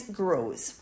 grows